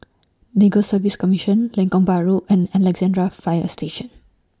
Legal Service Commission Lengkok Bahru and Alexandra Fire Station